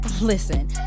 Listen